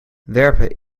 werpen